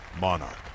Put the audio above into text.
monarch